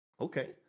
Okay